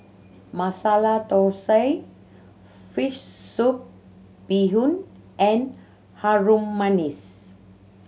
Masala Thosai fish soup bee hoon and Harum Manis